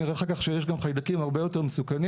אני אראה אחר כך שיש גם חיידקים הרבה יותר מסוכנים.